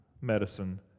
medicine